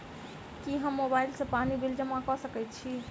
की हम मोबाइल सँ पानि बिल जमा कऽ सकैत छी?